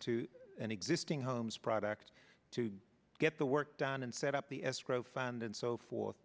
to an existing homes product to get the work done and set up the escrow fund and so forth